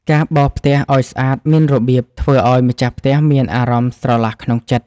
ការបោសផ្ទះឱ្យស្អាតមានរបៀប ធ្វើឱ្យម្ចាស់ផ្ទះមានអារម្មណ៍ស្រឡះក្នុងចិត្ត។